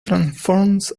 transforms